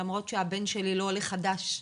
למרות שהבן שלי לא עולה חדש,